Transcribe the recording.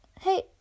Hey